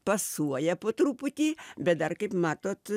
pasuoja po truputį bet dar kaip matot